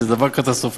זה דבר קטסטרופלי.